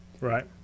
Right